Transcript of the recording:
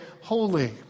holy